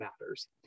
matters